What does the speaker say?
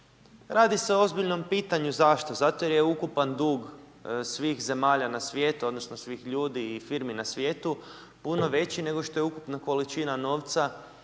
Radi se o ozbiljnom pitanju, zašto?, zato jer je ukupan dug svih zemalja na svijetu, odnosno svih ljudi i firmi na svijetu puno veći nego što je ukupna količina novca